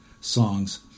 songs